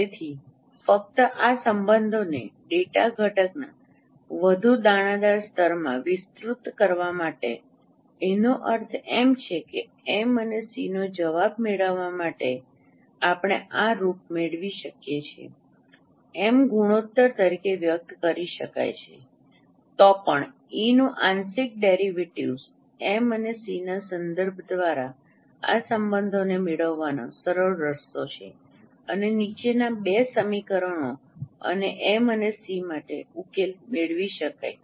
તેથી ફક્ત આ સંબંધોને ડેટા ઘટકના વધુ દાણાદાર સ્તરમાં વિસ્તૃત કરવા માટે એનો અર્થ એમ છે કે એમ અને સી નો જવાબ મેળવવા માટે આપણે આ રૂપ મેળવી શકીએ છીએ એમ ગુણોત્તર તરીકે વ્યક્ત કરી શકાય છે તો પણ E નું આંશિક ડેરિવેટીવ્ઝ એમ અને સી ના સંદર્ભ દ્વારા આ સંબંધોને મેળવવાનો સરળ રસ્તો છે અને નીચેના 2 સમીકરણો અને એમ અને સી માટે ઉકેલ કરી શકાય